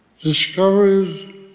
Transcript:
Discoveries